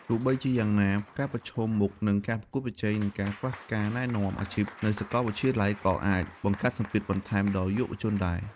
ទោះបីជាយ៉ាងណា ការប្រឈមមុខនឹងការប្រកួតប្រជែង និងការខ្វះការណែនាំអាជីពនៅសាកលវិទ្យាល័យក៏អាចបង្កើតសម្ពាធបន្ថែមដល់យុវជនដែរ។